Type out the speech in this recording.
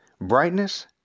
Brightness